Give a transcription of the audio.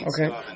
Okay